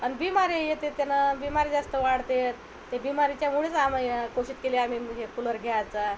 अन् बीमाऱ्या येतात त्यानं बीमारी जास्त वाढतात ते बीमारीच्या मुळेच आम्ही कोशिश केली आम्ही हे कूलर घ्यायचा